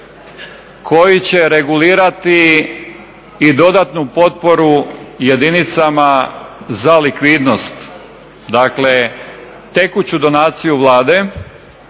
koji će regulirati i dodatnu potporu jedinicama za likvidnost, dakle tekuću donaciju Vlade